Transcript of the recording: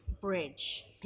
bridge